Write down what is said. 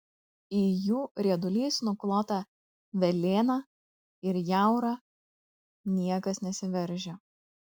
į jų rieduliais nuklotą velėną ir jaurą niekas nesiveržia